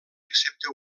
excepte